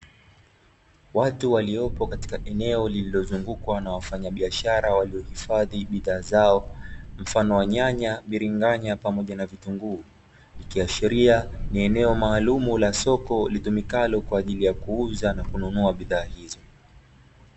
Watu waliopo katika eneo lililozungukwa na wafanya biashara walio ifadhi bidhaa zao mfano wa nyanya, biringanya pamoja na vitunguu ikiashiria ni eneo maalum la soko litumikalo kwaajili ya kuuza na kununua bidhaa hizo